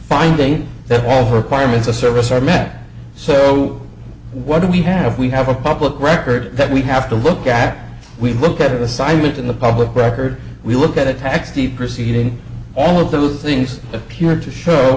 finding that all the requirements of service are met so what do we have we have a public record that we have to look at we look at assignment in the public record we look at the tax the proceeding all of those things appear to show